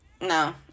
no